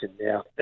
Now